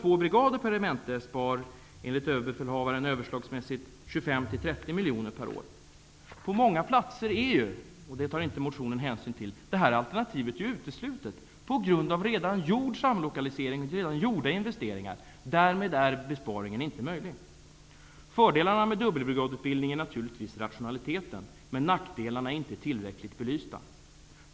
På många platser är det här alternativet uteslutet -- det tar inte motionen hänsyn till -- på grund av redan gjorda samlokaliseringar och investeringar. Därmed är besparingen inte möjlig. Fördelen med dubbelbrigadutbildning är naturligtvis rationaliteten, men nackdelarna är inte tillräckligt belysta.